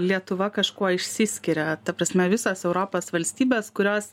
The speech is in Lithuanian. lietuva kažkuo išsiskiria ta prasme visos europos valstybės kurios